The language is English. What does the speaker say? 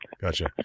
gotcha